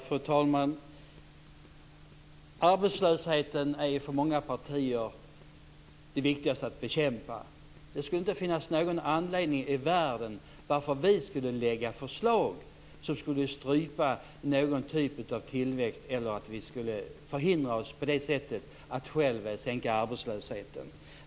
Fru talman! Arbetslösheten är för många partier det viktigaste att bekämpa. Det skulle inte finnas någon anledning i världen till att vi skulle lägga fram förslag som skulle strypa någon typ av tillväxt eller att vi på det sättet skulle hindra oss själva från att sänka arbetslösheten.